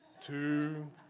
two